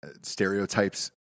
stereotypes